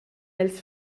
els